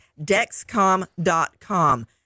Dexcom.com